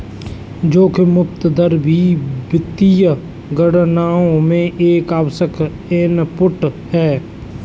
जोखिम मुक्त दर भी वित्तीय गणनाओं में एक आवश्यक इनपुट है